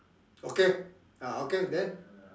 okay ah okay then